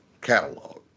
catalog